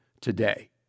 today